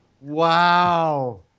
wow